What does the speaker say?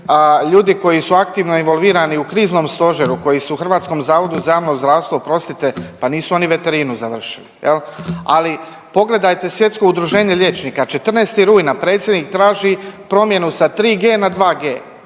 ljudi su aktivno evolvirani u kriznom stožeru koji su u HZJZ-u oprostite pa nisu oni veterinu završili jel. Ali pogledajte Svjetsko udruženje liječnika, 14. rujna predsjednik traži promjenu sa 3G na 2G,